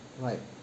right